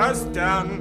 kas ten